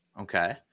Okay